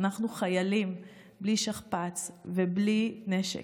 אנחנו חיילים בלי שכפ"ץ ובלי נשק,